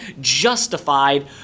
justified